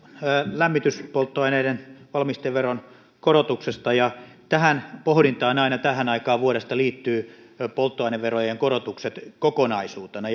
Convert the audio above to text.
lämmityspolttoaineiden valmisteveron korotuksesta ja tähän pohdintaan aina tähän aikaan vuodesta liittyy polttoaineverojen korotukset kokonaisuutena